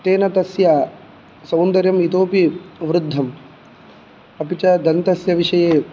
तेन तस्य सौन्दर्यम् इतोऽपि वृद्धम् अपि च दन्तस्य विषये